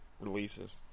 releases